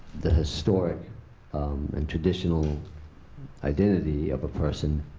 the historic and traditional identity of a person,